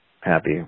happy